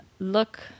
Look